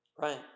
right